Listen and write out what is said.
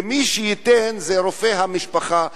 ומי שייתן זה רופא המשפחה,